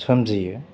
सोमजियो